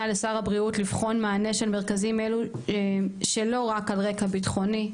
הבריאות לבחון מענה של מרכזים אלו שלא רק על רקע ביטחוני,